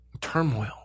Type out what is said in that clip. turmoil